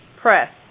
Press